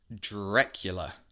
Dracula